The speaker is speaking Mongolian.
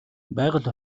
байгаль